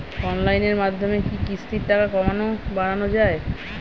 অনলাইনের মাধ্যমে কি কিস্তির টাকা কমানো বাড়ানো যায়?